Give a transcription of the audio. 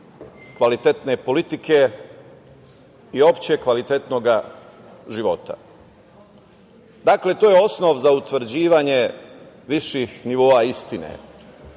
kvalitetne politike i opšte kvalitetnog života. Dakle, to je osnov za utvrđivanje viših nivoa istine.